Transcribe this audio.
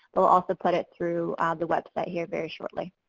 we'll also put it through the website here very shortly.